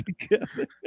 together